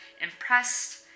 impressed